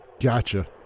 Gotcha